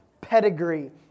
pedigree